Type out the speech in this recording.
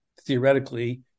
theoretically